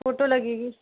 photo लगेगी